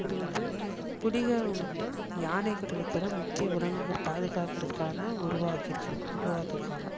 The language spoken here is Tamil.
இது வந்து புலிகள் மட்டும் யானைகள் இருக்கிற முக்கிய விலங்குகள் பாதுகாக்கிறதுக்கான உருவாகியிருக்கு உருவாக்கியிருக்காங்க